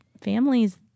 families